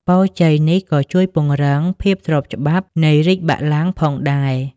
ពរជ័យនេះក៏ជួយពង្រឹងភាពស្របច្បាប់នៃរាជ្យបល្ល័ង្កផងដែរ។